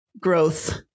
growth